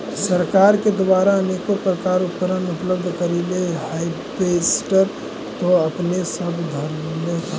सरकार के द्वारा अनेको प्रकार उपकरण उपलब्ध करिले हारबेसटर तो अपने सब धरदे हखिन?